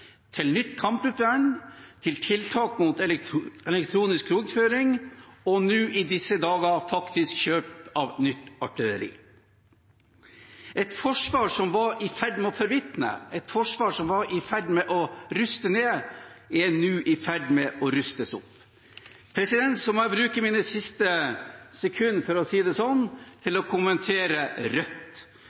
til nytt kampluftvern, tiltak mot elektronisk krigføring og – nå i disse dager – kjøp av nytt artilleri. Et forsvar som var i ferd med å forvitre, et forsvar som var i ferd med å ruste ned, er nå i ferd med å rustes opp. Så må jeg bruke mine siste sekunder, for å si det slik, til å kommentere Rødt.